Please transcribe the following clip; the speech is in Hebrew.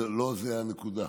ולא זו הנקודה.